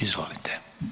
Izvolite.